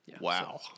Wow